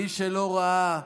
מי שלא ראה,